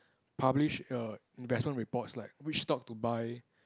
publish err investment reports like which stock to buy